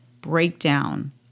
breakdown